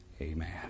amen